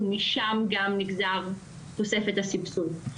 ומשם גם נגזר תוספת הסבסוד.